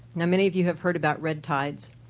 and many of you have heard about red tides.